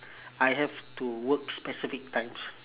I have to work specific times